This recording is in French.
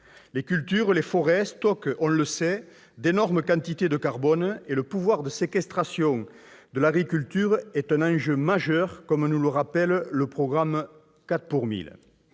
Les cultures et les forêts stockent, on le sait, d'énormes quantités de carbone, et le pouvoir de séquestration de l'agriculture est un enjeu majeur, comme nous le rappelle le programme « 4 pour 1 000